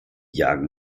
jagen